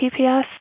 TPS